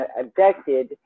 abducted